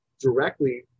directly